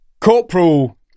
Corporal